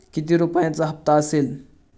किती रुपयांचा हप्ता असेल?